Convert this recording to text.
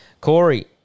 Corey